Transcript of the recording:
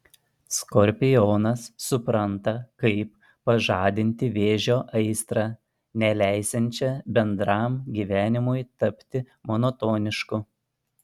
skorpionas supranta kaip pažadinti vėžio aistrą neleisiančią bendram gyvenimui tapti monotonišku